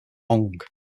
ong